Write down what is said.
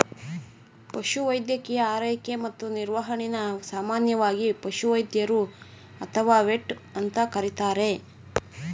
ಪಶುವೈದ್ಯಕೀಯ ಆರೈಕೆ ಮತ್ತು ನಿರ್ವಹಣೆನ ಸಾಮಾನ್ಯವಾಗಿ ಪಶುವೈದ್ಯರು ಅಥವಾ ವೆಟ್ ಅಂತ ಕರೀತಾರೆ